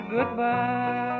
Goodbye